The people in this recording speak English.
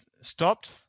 stopped